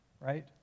Right